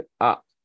up